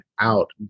out